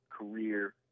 career